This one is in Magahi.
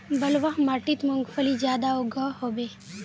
बलवाह माटित मूंगफली ज्यादा उगो होबे?